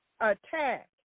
attack